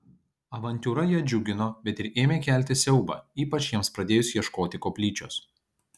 avantiūra ją džiugino bet ir ėmė kelti siaubą ypač jiems pradėjus ieškoti koplyčios